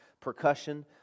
percussion